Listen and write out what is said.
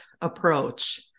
approach